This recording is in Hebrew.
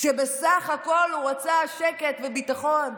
כשבסך הכול הוא רצה שקט וביטחון,